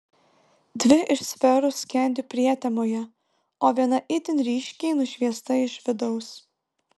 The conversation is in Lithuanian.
dvi iš sferų skendi prietemoje o viena itin ryškiai nušviesta iš vidaus